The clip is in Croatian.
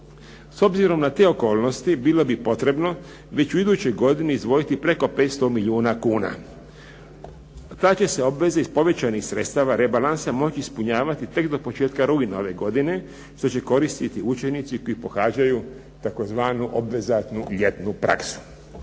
S obzirom na te okolnosti bilo bi potrebno već u idućoj godini izdvojiti preko 500 milijuna kuna. Ta će se obveza iz povećanih sredstava rebalansa moći ispunjavati tek do početka rujna ove godine što će koristiti učenici koji pohađaju tzv. obvezatnu ljetnu praksu.